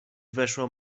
weszła